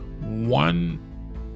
one